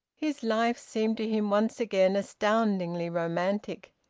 his life seemed to him once again astoundingly romantic.